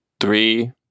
Three